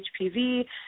HPV